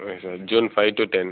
okay June five to ten